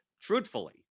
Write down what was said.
truthfully